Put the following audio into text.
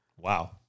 Wow